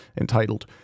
entitled